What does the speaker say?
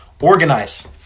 organize